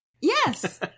Yes